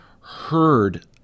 heard